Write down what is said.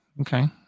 Okay